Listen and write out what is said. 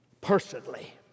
personally